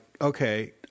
okay